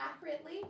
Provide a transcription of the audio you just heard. accurately